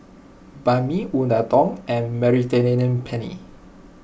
Banh Mi Unadon and Mediterranean Penne